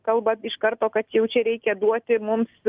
kalba iš karto kad jau čia reikia duoti mums